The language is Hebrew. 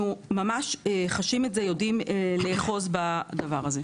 אנחנו ממש חשים ויודעים לאחוז בדבר הזה.